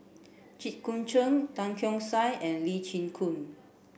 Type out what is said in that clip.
Jit Koon Ch'ng Tan Keong Saik and Lee Chin Koon